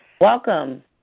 Welcome